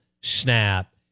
snap